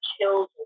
children